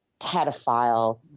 pedophile